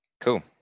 cool